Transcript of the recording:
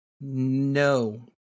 No